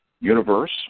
universe